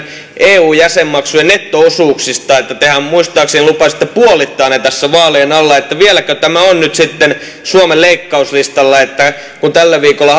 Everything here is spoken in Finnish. eu jäsenmaksujen netto osuuksista tehän muistaakseni lupasitte puolittaa ne tässä vaalien alla vieläkö tämä on suomen leikkauslistalla että kun tällä viikolla